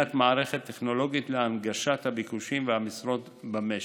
בניית מערכת טכנולוגית להנגשת הביקושים והמשרות במשק.